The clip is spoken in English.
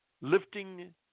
lifting